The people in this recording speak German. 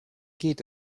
geht